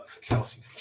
kelsey